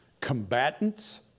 Combatants